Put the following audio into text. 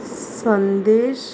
संदेश